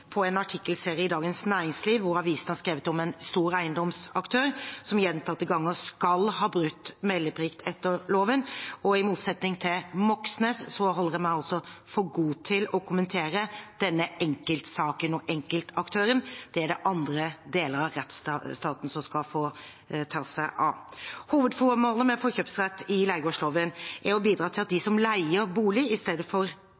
på en artikkelserie i Dagens Næringsliv, hvor avisen har skrevet om en stor eiendomsaktør som gjentatte ganger skal ha brutt meldeplikten etter loven. I motsetning til Moxnes holder jeg meg for god til å kommentere denne enkeltsaken og enkeltaktøren. Det er det andre deler av rettsstaten som skal få ta seg av. Hovedformålet med forkjøpsretten i leiegårdsloven er å bidra til at de som leier bolig, istedenfor kan bli eier. Forkjøpsretten er altså et virkemiddel for